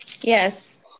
Yes